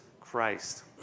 Christ